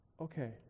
Okay